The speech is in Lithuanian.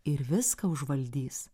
ir viską užvaldys